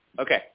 Okay